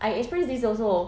I experience this also